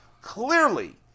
Clearly